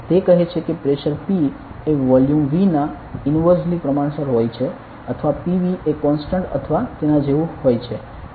તે કહે છે કે પ્રેશર P એ વોલ્યુમ Vના ઇનવર્સલિ પ્રમાણસર હોય છે અથવા PV એ કોન્સટન્ટ અથવા તેના જેવું હોય છે